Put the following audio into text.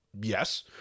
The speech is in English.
yes